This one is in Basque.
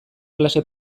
klase